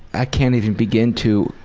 i can't even begin to